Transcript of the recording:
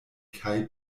kaj